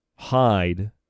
hide